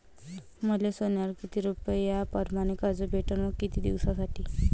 मले सोन्यावर किती रुपया परमाने कर्ज भेटन व किती दिसासाठी?